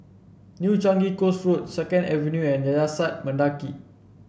New Changi Coast Road Second Avenue and Yayasan Mendaki